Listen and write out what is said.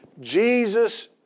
Jesus